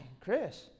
Chris